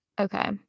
Okay